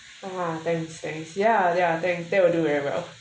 uh ha thanks thanks ya ya thank that will do very well